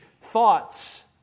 thoughts